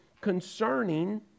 concerning